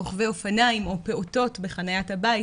רוכבי אופניים או פעוטות בחניית הבית,